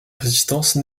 résistance